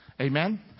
Amen